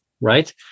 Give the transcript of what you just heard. right